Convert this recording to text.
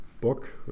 book